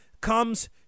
comes